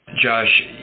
Josh